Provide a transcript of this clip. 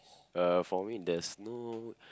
uh for me there's no